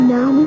Now